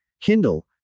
Kindle